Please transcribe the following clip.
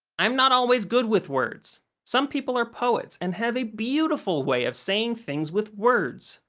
i'm not always good with words. some people are poets and have a beautiful way of saying things with words.